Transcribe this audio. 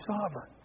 sovereign